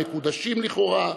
המקודשים לכאורה,